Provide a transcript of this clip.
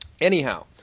Anyhow